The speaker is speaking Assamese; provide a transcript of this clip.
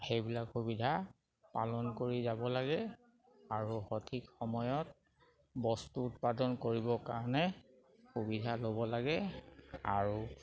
সেইবিলাক সুবিধা পালন কৰি যাব লাগে আৰু সঠিক সময়ত বস্তু উৎপাদন কৰিব কাৰণে সুবিধা ল'ব লাগে আৰু